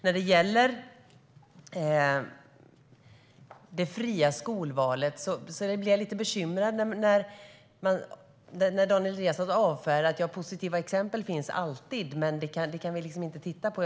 Jag blir lite bekymrad när Daniel Riazat avfärdar det fria skolvalet med att positiva exempel alltid finns men att dem kan man inte titta på.